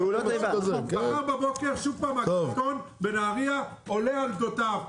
מחר שוב הגעתון בנהריה עולה על גדותיו.